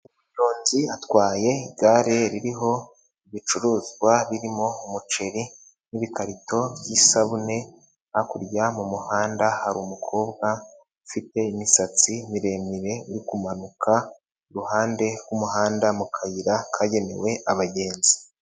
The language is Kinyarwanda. Umunyonzi atwaye igare ririho ibicuruzwa birimo umuceri n'ibikarito by'isabune, hakurya mu muhanda hari umukobwa ufite imisatsi miremire, uri kumanuka iruhande rw'umuhanda mu kayira kagenewe abagenzi.